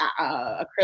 acrylic